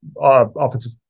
offensive